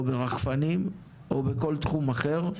או ברחפנים או בכל תחום אחר,